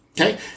Okay